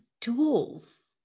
tools